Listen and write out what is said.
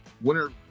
winner